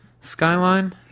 skyline